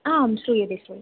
आं श्रूयते श्रूयते